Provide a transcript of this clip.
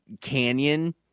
canyon